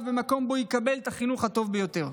במקום שבו יקבלו את החינוך הטוב ביותר.